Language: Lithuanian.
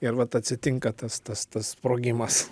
ir vat atsitinka tas tas tas sprogimas